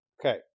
Okay